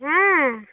হ্যাঁ